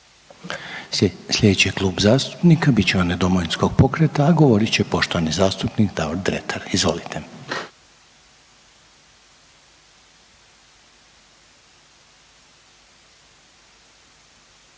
Slijedeći Klub zastupnika bit će onaj Domovinskog pokreta, a govorit će poštovani zastupnik Davor Dretar. Izvolite.